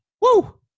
Woo